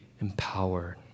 empowered